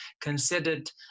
considered